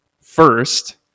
first